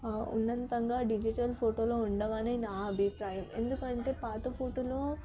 ఉన్నంతంగా digital ఫోటోలో ఉండమని నా అభిప్రాయం ఎందుకంటే పాత ఫోటోలో